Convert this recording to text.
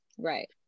Right